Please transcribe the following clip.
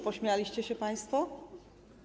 Pośmialiście się państwo?